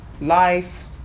life